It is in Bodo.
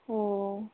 अ